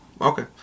Okay